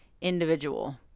individual